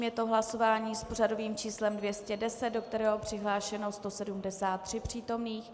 Je to hlasování s pořadovým číslem 210, do kterého je přihlášeno 173 přítomných.